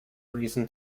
reason